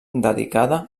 dedicada